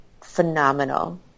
phenomenal